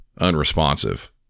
unresponsive